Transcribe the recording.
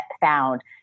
found